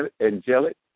angelic